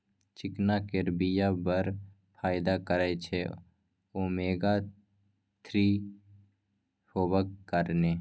चिकना केर बीया बड़ फाइदा करय छै ओमेगा थ्री हेबाक कारणेँ